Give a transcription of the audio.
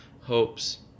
hopes